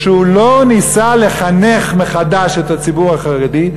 שהוא לא ניסה לחנך מחדש את הציבור החרדי.